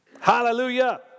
Hallelujah